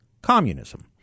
communism